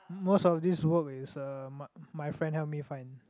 most of this work is uh my my friend help me find